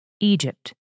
Egypt